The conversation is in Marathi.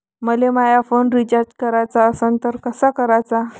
मले माया फोन रिचार्ज कराचा असन तर कसा कराचा?